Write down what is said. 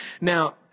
Now